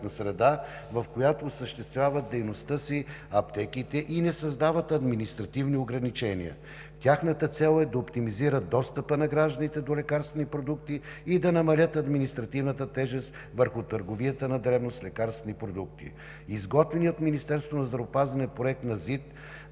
среда, в която осъществяват дейността си аптеките, и не създават административни ограничения. Тяхната цел е да оптимизират достъпа на гражданите до лекарствени продукти и да намалят административната тежест върху търговията на дребно с лекарствени продукти. Изготвеният от Министерството на здравеопазването